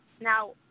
now